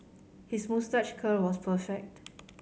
his moustache curl was perfect